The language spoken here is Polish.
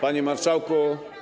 Panie Marszałku!